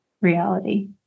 reality